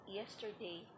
yesterday